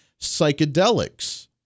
psychedelics